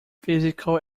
physical